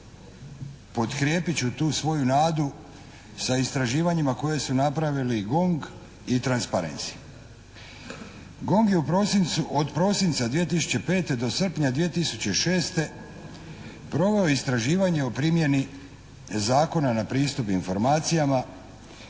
potkrijepit ću tu svoju nadu sa istraživanjima koje su napravili GONG i Transparency. GONG je od prosinca 2005. do srpnja 2006. proveo istraživanje o primjeni Zakona na pristup informacijama